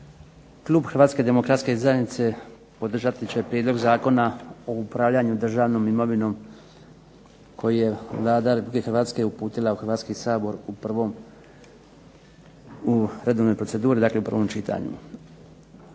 klub HDZ-a podržati će prijedlog Zakona o upravljanju državnom imovinom koji je Vlada Republike Hrvatske uputila u Hrvatski sabor u redovnoj proceduri, dakle u prvom čitanju.